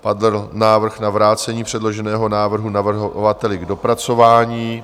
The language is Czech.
Padl návrh na vrácení předloženého návrhu navrhovateli k dopracování.